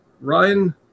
Ryan –